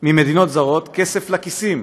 כסף לכיסים.